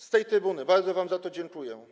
Z tej trybuny bardzo wam za to dziękuję.